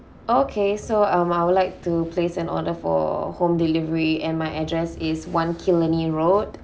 okay so um I would like to place an order for home delivery and my address is one killiney road